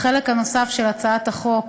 החלק הנוסף של הצעת החוק